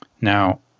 Now